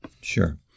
Sure